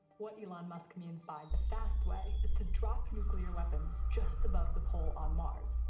what elon musk means by the fast way is to drop nuclear weapons just above the pole on mars.